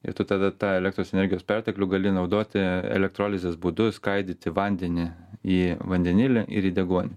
ir tu tada tą elektros energijos perteklių gali naudoti elektrolizės būdu skaidyti vandenį į vandenilį ir į deguonį